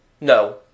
No